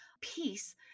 peace